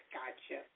Gotcha